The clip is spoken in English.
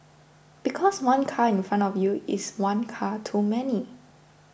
because one car in front of you is one car too many